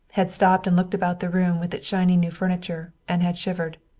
had stopped and looked about the room with its shiny new furniture and had shivered.